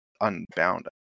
unbound